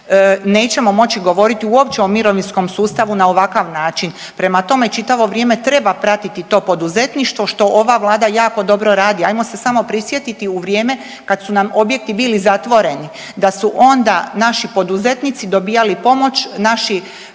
nećemo moći govoriti uopće o mirovinskom sustavu na ovakav način. Prema tome čitavo vrijeme treba pratiti to poduzetništvo što ova vlada jako dobro radi. Ajmo se samo prisjetiti u vrijeme kad su nam objekti bili zatvoreni da su onda naši poduzetnici dobijali pomoć, naši